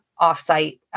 offsite